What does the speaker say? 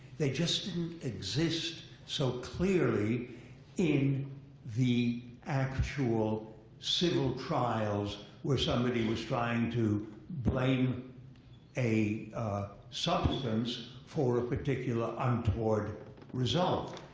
they just didn't exist so clearly in the actual civil trials where somebody was trying to blame a substance for a particular untoward result.